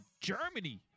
Germany